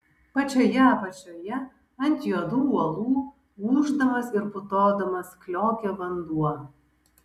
pačioje apačioje ant juodų uolų ūždamas ir putodamas kliokė vanduo